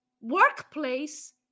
workplace